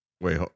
wait